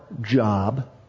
job